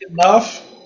enough